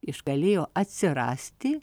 iš galėjo atsirasti